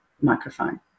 microphone